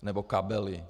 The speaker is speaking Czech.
Nebo kabely.